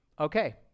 okay